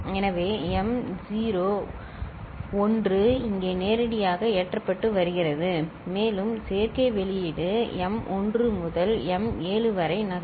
எனவே இந்த m0 1 இங்கே நேரடியாக நேரடியாக ஏற்றப்பட்டு வருகிறது மேலும் சேர்க்கை வெளியீடு m1 முதல் m 7 வரை வரும்